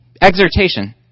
Exhortation